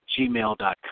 gmail.com